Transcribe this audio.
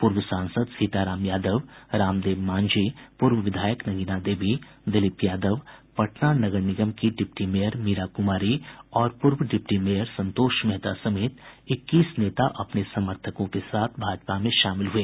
पूर्व सांसद सीताराम यादव रामदेव मांझी पूर्व विधायक नगीना देवी दिलीप यादव पटना नगर निगम की डिप्टी मेयर मीरा कुमारी और पूर्व डिप्टी मेयर संतोष मेहता समेत इक्कीस नेता अपने समर्थकों के साथ भाजपा में शामिल हुए